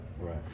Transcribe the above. right